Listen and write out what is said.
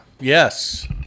Yes